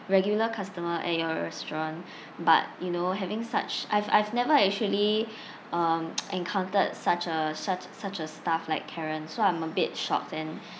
regular customer at your restaurant but you know having such I've I've never actually um encountered such a such such a staff like karen so I'm a bit shocked and